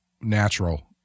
natural